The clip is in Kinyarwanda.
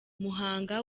muhanga